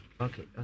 okay